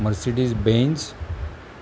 Mercedes Benz